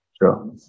Sure